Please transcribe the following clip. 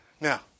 Now